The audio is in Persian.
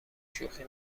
شوخی